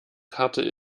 karte